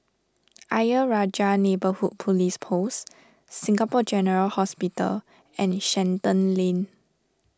Ayer Rajah Neighbourhood Police Post Singapore General Hospital and Shenton Lane